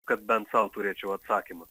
kad bent sau turėčiau atsakymą